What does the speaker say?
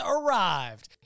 arrived